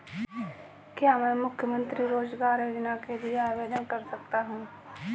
क्या मैं मुख्यमंत्री रोज़गार योजना के लिए आवेदन कर सकता हूँ?